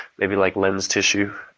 maybe like lens tissue.